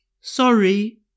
Sorry